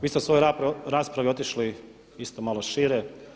Vi ste u svojoj raspravi otišli isto malo šire.